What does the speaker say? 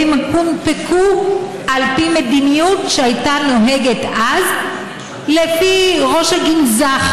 והן הונפקו על פי מדיניות שהייתה נוהגת אז לפי ראש הגנזך,